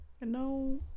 No